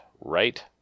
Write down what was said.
Right